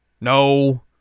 No